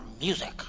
music